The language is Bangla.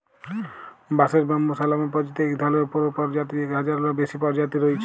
বাঁশের ব্যম্বুসা লামে পরিচিত ইক ধরলের উপপরজাতির ইক হাজারলেরও বেশি পরজাতি রঁয়েছে